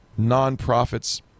nonprofits